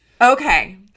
Okay